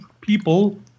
people